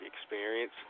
experience